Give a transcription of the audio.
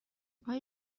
آیا